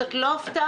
זאת לא הפתעה.